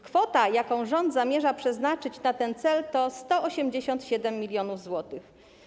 Kwota, jaką rząd zamierza przeznaczyć na ten cel, to 187 mln zł.